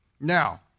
Now